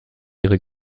ihre